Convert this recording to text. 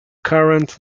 current